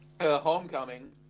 Homecoming